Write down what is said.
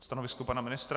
Stanovisko pana ministra?